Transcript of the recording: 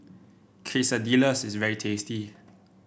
quesadillas is very tasty